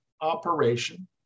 operation